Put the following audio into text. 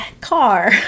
car